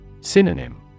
Synonym